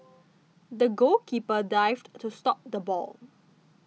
the goalkeeper dived to stop the ball